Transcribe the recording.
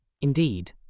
Indeed